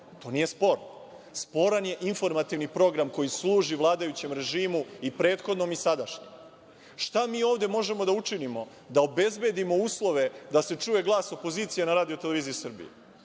To nije sporno. Sporan je informativni program koji služi vladajućem režimu i prethodnom i sadašnjem. Šta mi ovde možemo da učinimo? Da obezbedimo uslove da se čuje glas opozicije na RTS-u. Ako niko iz